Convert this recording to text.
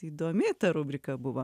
įdomi ta rubrika buvo